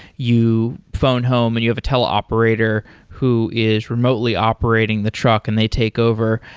you phone home and you have a tell operator who is remotely operating the truck and they take over.